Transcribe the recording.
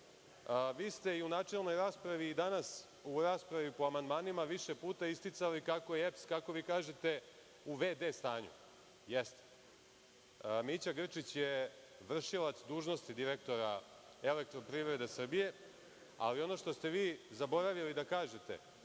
ste, i u načelnoj raspravi i danas u raspravi po amandmanima, više puta isticali kako je EPS, kako vi kažete, u v.d. stanju. Jeste. Mića Grčić je vršilac dužnosti direktora „Elektroprivrede Srbije“, ali ono što ste vi zaboravili da kažete,